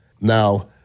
Now